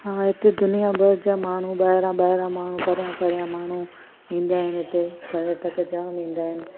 हा हिते दुनिया भर जा माण्हू ॿाहिरां ॿाहिरां माण्हू परियां परियां माण्हू ईंदा आहिनि हिते पर्यटक जाम ईंदा आहिनि